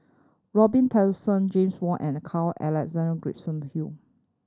Robin Tessensohn James Wong and Carl Alexander Gibson Hill